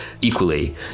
equally